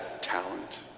talent